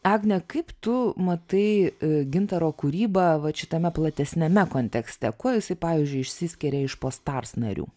agne kaip tu matai gintaro kūrybą vat šitame platesniame kontekste kuo jisai pavyzdžiui išsiskiria iš post ars narių